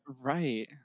Right